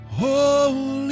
holy